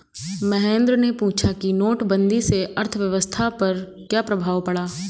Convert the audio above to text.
महेंद्र ने पूछा कि नोटबंदी से अर्थव्यवस्था पर क्या प्रभाव पड़ा